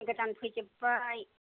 गोदान फैजोबबाय